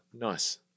nice